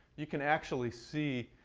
you can actually see,